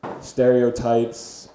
Stereotypes